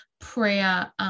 prayer